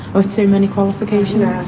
or too many qualifications.